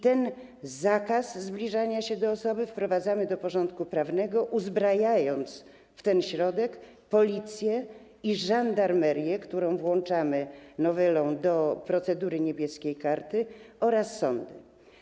Ten zakaz zbliżania się do osoby wprowadzamy do porządku prawnego, uzbrajając w ten środek Policję i żandarmerię, którą włączamy nowelą do procedury „Niebieskiej karty”, oraz sądy.